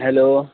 hello